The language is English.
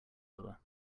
other